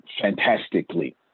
fantastically